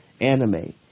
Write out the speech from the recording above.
anime